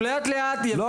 הוא לאט לאט יבין שפה